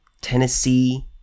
Tennessee